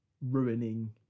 ruining